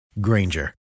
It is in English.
Granger